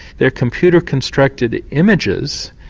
they are computer constructed images,